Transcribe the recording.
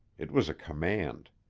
it was a command.